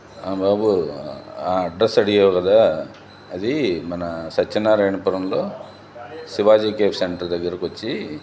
బాబు ఆ అడ్రస్ అడిగావు కదా అది మన సత్యనారాయణపురంలో శివాజీ కేఫ్ సెంటర్ దగ్గరకు వచ్చి